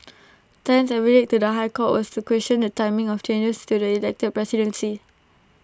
Tan's affidavit to the High Court was to question the timing of changes to the elected presidency